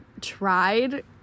tried